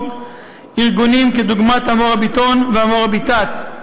ארגונים כדוגמת ה"מוראביטון" וה"מוראביטאת",